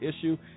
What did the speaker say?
issue